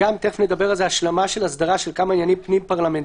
אבל שלהבא